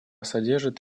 содержит